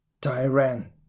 Tyran